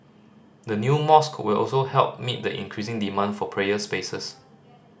the new mosque will also help meet the increasing demand for prayer spaces